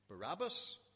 Barabbas